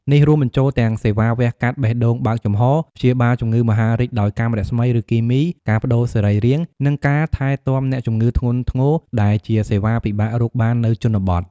នេះរួមបញ្ចូលទាំងសេវាវះកាត់បេះដូងបើកចំហ ព្យាបាលជំងឺមហារីកដោយកាំរស្មី ឬគីមី ការប្តូរសរីរាង្គ និងការថែទាំអ្នកជំងឺធ្ងន់ធ្ងរ ដែលជាសេវាពិបាករកបាននៅជនបទ។